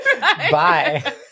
Bye